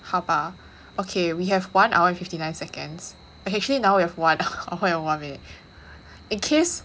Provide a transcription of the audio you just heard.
好吧 ok we have one hour and fifty nine seconds actually now if one hour and one minute in case